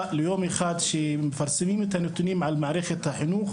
שיום אחד כשמפרסמים את הנתונים על מערכת החינוך,